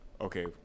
Okay